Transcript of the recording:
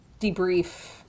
debrief